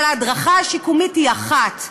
אבל ההדרכה השיקומית היא אחת,